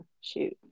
shoot